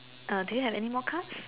uh do you have anymore card